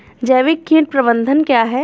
जैविक कीट प्रबंधन क्या है?